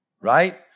right